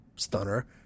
stunner